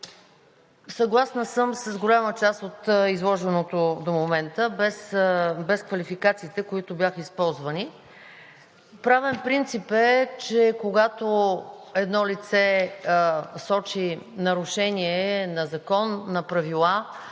Съгласна съм с голяма част от изложеното до момента – без квалификациите, които бяха използвани. Правен принцип е, че когато едно лице сочи нарушение на закон, на правила,